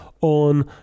on